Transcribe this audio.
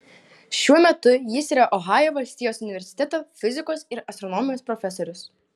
šiuo metu jis yra ohajo valstijos universiteto fizikos ir astronomijos profesorius